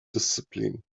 discipline